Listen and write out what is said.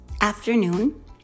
afternoon